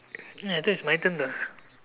ya I thought is my turn to ask